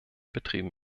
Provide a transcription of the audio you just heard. betrieben